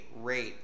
rate